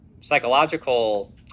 psychological